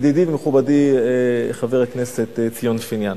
ידידי ומכובדי חבר הכנסת ציון פיניאן.